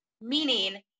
meaning